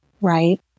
right